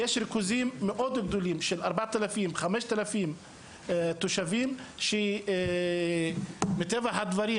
יש ריכוזים גדולים של 4,000 5,000 תושבים שמטבע הדברים,